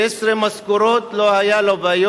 16 משכורות לא היו לו,